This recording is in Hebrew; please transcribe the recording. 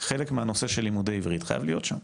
חלק מהנושא של לימודי עברית חייב להיות שם.